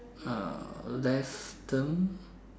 uh left them